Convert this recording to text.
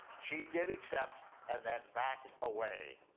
she did accept and then backed away.